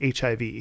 HIV